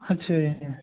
ਅੱਛਾ ਜੀ